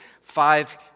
five